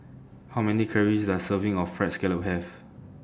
How Many Calories Does A Serving of Fried Scallop Have